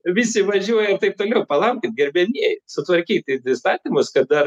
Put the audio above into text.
visi važiuoja ir taip toliau palaukit gerbiamieji sutvarkyti įstatymus kad dar